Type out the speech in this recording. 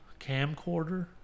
camcorder